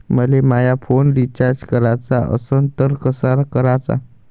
मले माया phone recharge कराचा असन तर कसा कराचा?